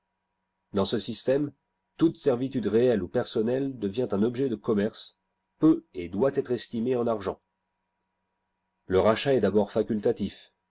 digitized by google système toute servitude réelle ou personelle devient un objet de commerce peut et doit être estimée en argent le rachat est d'abord facultatif